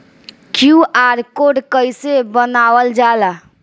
QR code कइसे बनवाल जाला?